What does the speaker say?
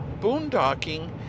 boondocking